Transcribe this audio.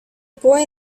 boy